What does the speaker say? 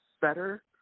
better